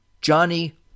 Johnny